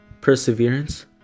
perseverance